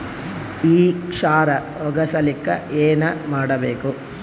ಈ ಕ್ಷಾರ ಹೋಗಸಲಿಕ್ಕ ಏನ ಮಾಡಬೇಕು?